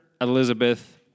Elizabeth